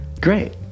Great